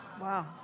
Wow